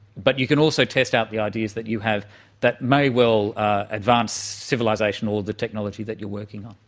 but you can also test out the ideas that you have that may well advance civilisation or the technology that you're working on.